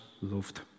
loved